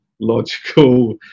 logical